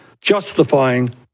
justifying